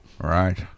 right